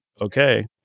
okay